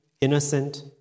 innocent